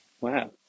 wow